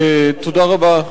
תודה רבה.